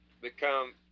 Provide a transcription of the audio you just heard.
become